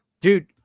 Dude